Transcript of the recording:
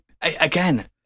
Again